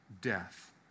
death